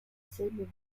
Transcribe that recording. zehn